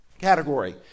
category